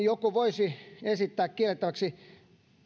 joku voisi esittää kiellettäväksi